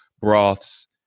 broths